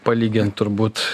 palygint turbūt